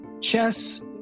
chess